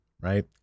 right